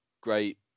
great